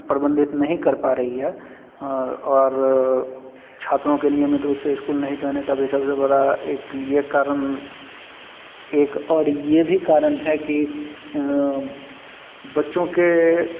प्रबंधित नहीं कर पा रही है और छात्रों के नियमित रूप से स्कूल नहीं जाने का भी सबसे बड़ा एक यह कारण है और एक यह भी कारण है कि बच्चों के